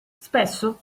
spesso